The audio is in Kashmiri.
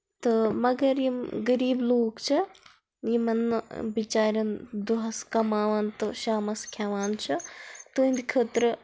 تہٕ مگر یِم غریٖب لوٗکھ چھِ یِمَن نہٕ بِچارٮ۪ن دۄہَس کَماوان تہٕ شامَس کھٮ۪وان چھِ تُہٕنٛدِ خٲطرٕ